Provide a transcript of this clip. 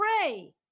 pray